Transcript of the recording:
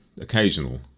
Occasional